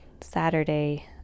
Saturday